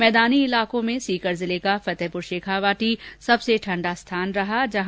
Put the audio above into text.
मैदानी इलाकों में सीकर जिले के फतेहपुर शेखावाटी सकसे ठण्डा स्थान रहा